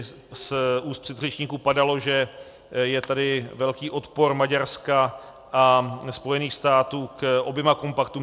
Z úst předřečníků padalo, že je tady velký odpor Maďarska a Spojených států k oběma kompaktům.